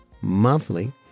monthly